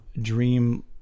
dream